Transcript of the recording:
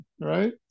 right